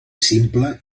simple